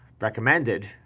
recommended